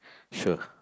sure